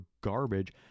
garbage